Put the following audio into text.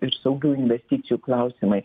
ir saugių investicijų klausimai